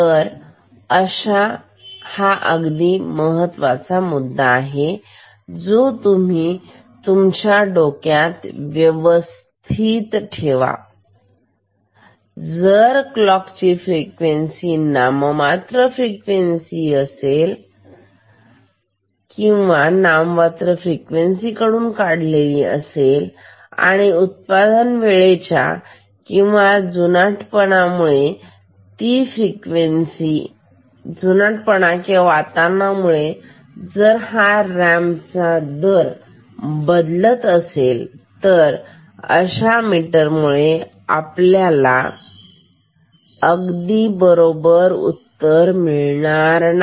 तर हा अगदी महत्वाचा मुद्दा आहे जो तुम्ही तुमच्या डोक्यात व्यवस्थित ठेवा कि जर क्लॉक फ्रिक्वेन्सी ही नाममात्र फ्रिक्वेन्सी करून काढलेली असेल किंवा उत्पादन वेळेच्या किंवा जुनाट पणा मुळे वातावरणामुळे जर रॅम्प चा दर बदलत असेल तर अशा मीटर मुळे आपल्याला अगदी बरोबर उत्तर मिळणार नाही